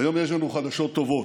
היום יש לנו חדשות טובות